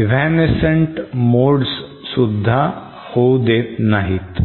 evanescent modes सुद्धा होऊ देत नाहीत